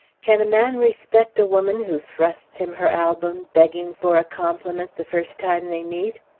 can a man respect a woman who thrusts him her album, begging for a compliment the first time they meet?